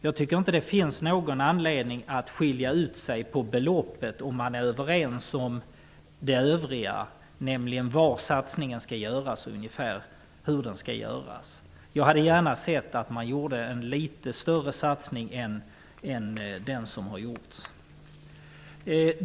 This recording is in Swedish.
Jag tycker inte att det finns någon anledning att skilja ut sig på beloppet om man är överens om det övriga, nämligen var och ungefär hur satsningen skall göras. Jag hade gärna sett att Socialdemokraterna hade gjort en litet större satsning än den som man gjorde.